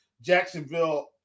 Jacksonville